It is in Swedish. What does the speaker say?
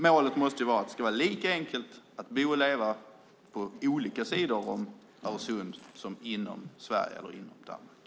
Målet måste vara att det ska vara lika enkelt att bo och leva på olika sidor om Öresund som inom Sverige eller inom Danmark.